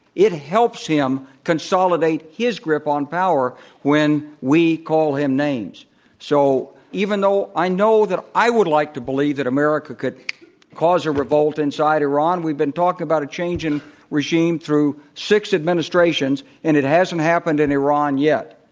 it helps him consolidate his grip on power when we call him so even though i know that i would like to believe that america could cause a revolt inside iran, we have been talking about a change in regime through six administrations, and it hasn't happened in iran yet.